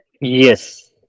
Yes